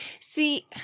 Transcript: See